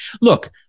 look